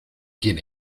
quién